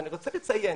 אני רוצה לציין,